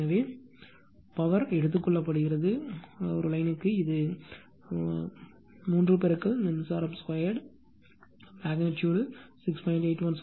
எனவே பவர் எடுத்துக்கொள்ளப்படுகிறது லைன் இது 3 மின்சாரம்2 மெக்னிட்யூடு 6